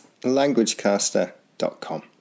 languagecaster.com